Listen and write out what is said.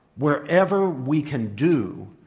wherever we can do,